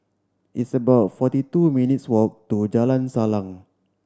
it's about forty two minutes' walk to Jalan Salang